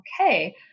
Okay